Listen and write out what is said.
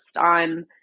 on